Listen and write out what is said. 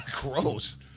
Gross